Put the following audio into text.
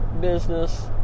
business